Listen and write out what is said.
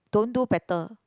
don't do better